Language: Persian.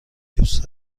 دوست